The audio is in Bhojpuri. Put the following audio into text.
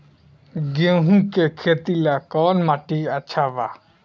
गेहूं के खेती ला कौन माटी अच्छा बा?